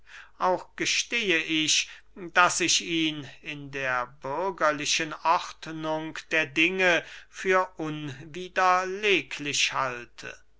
auch gestehe ich daß ich ihn in der bürgerlichen ordnung der dinge für unwiderleglich halte